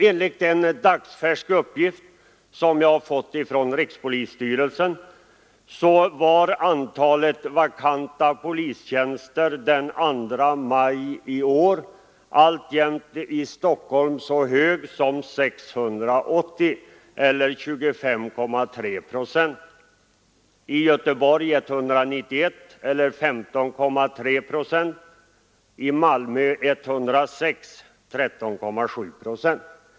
Enligt en dagsfärsk uppgift, som jag har fått från rikspolisstyrelsen, var antalet vakanta polistjänster den 2 maj i år i Stockholm alltjämt så högt som 680 eller 25,3 procent. I Göteborg var antalet 191 eller 15,3 procent, i Malmö 106 eller 13,7 procent.